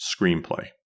screenplay